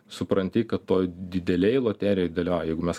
supranti kad toj didelėj loterijoj dalyvauji jeigu mes